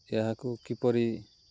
ଏହାକୁ କିପରି